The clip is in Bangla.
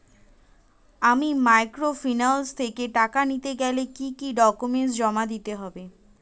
আমি মাইক্রোফিন্যান্স থেকে টাকা নিতে গেলে কি কি ডকুমেন্টস জমা দিতে হবে?